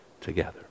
together